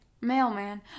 mailman